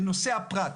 הוא נושא הפרט.